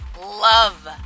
Love